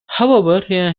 however